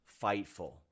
FIGHTFUL